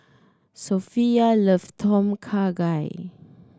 Sophia love Tom Kha Gai